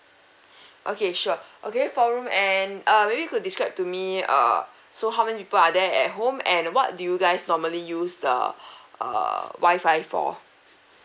okay sure okay four room and uh may be you could describe to me err so how many people are there at home and what do you guys normally use the err wi-fi for